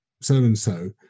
so-and-so